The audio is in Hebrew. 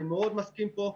אני מאוד מסכים פה,